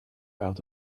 out